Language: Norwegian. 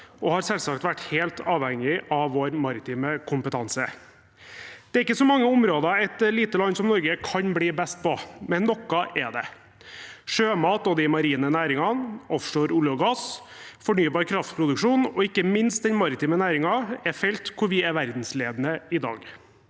vi har selvsagt vært helt avhengig av vår maritime kompetanse. Det er ikke så mange områder et lite land som Norge kan bli best på, men noe er det. Sjømat og de marine næringene, offshore olje og gass, fornybar kraftproduksjon og ikke minst den maritime næringen er felter hvor vi er verdensledende i dag.